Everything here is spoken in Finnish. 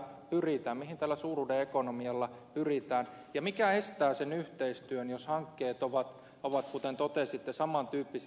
mihin tällä suuruuden ekonomialla pyritään ja mikä estää sen yhteistyön jos hankkeet ovat kuten totesitte saman tyyppisiä